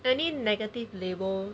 any negative label